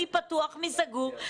מי פתוח ומי סגור.